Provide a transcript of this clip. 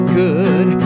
good